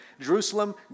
Jerusalem